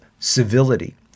civility